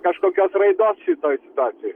kažkokios raidos šitoj situacijoj